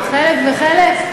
חלק וחלק?